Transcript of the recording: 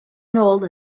nôl